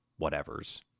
whatevers